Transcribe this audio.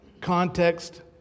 context